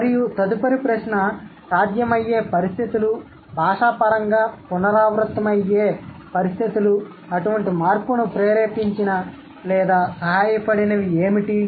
మరియు తదుపరి ప్రశ్న సాధ్యమయ్యే పరిస్థితులు భాషాపరంగా పునరావృతమయ్యే పరిస్థితులు అటువంటి మార్పును ప్రేరేపించిన లేదా సహాయపడినవి ఏమిటి